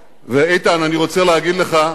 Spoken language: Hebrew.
ואיתן, אני רוצה להגיד לך,